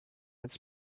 its